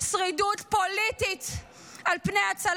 זה מה שאת עושה, כדרכך